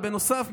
ובנוסף,